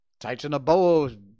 Titanoboa